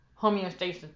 homeostasis